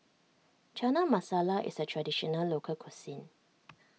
Chana Masala is a Traditional Local Cuisine